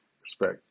respect